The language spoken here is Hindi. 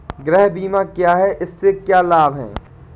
गृह बीमा क्या है इसके क्या लाभ हैं?